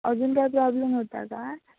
अजून काय प्रॉब्लेम होता काय